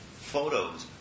Photos